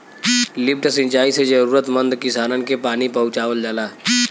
lift सिंचाई से जरूरतमंद किसानन के पानी पहुंचावल जाला